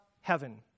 heaven